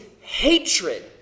hatred